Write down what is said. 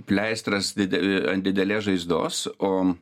pleistras didel ant didelės žaizdos o